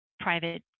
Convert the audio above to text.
private